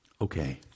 Okay